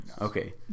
Okay